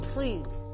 Please